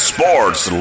Sports